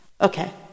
okay